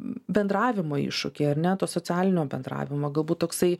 bendravimo iššūkiai ar ne to socialinio bendravimo galbūt toksai